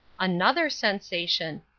another sensation!